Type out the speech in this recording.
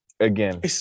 Again